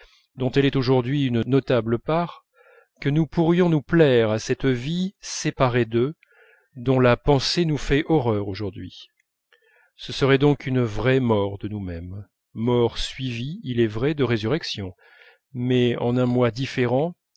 dont elle est aujourd'hui une notable part que nous pourrions nous plaire à cette vie séparée d'eux dont la pensée nous fait horreur aujourd'hui ce serait donc une vraie mort de nous-même mort suivie il est vrai de résurrection mais en un moi différent